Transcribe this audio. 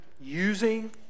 using